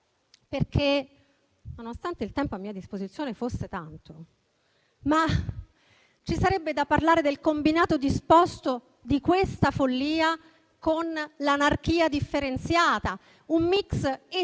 perché, nonostante il tempo a mia disposizione fosse tanto, ci sarebbe da parlare del combinato disposto di questa follia con l'anarchia differenziata, un *mix* esplosivo